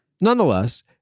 Nonetheless